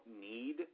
need